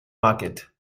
market